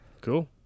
Cool